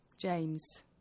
James